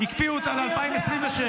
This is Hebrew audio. הקפיאו אותה ל-2027.